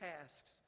tasks